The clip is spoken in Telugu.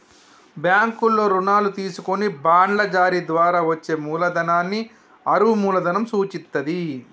బ్యాంకుల్లో రుణాలు తీసుకొని బాండ్ల జారీ ద్వారా వచ్చే మూలధనాన్ని అరువు మూలధనం సూచిత్తది